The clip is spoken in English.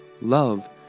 love